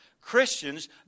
Christians